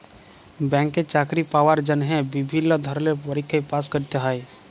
ব্যাংকে চাকরি পাওয়ার জন্হে বিভিল্য ধরলের পরীক্ষায় পাস্ ক্যরতে হ্যয়